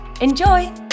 enjoy